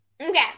Okay